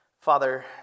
Father